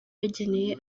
yageneye